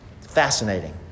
Fascinating